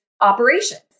operations